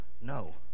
No